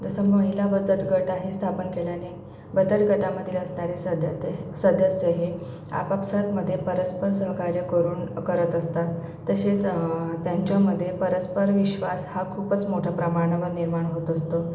तसं महिला बचत गट आहे स्थापन केल्याने बचत गटामधे असणारे सदते सदस्य हे आपापसांमध्ये परस्पर सहकार्य करून करत असतात तसेच त्यांच्यामध्ये परस्पर विश्वास हा खूपच मोठ्या प्रमाणावर निर्माण होत असतो